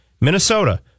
Minnesota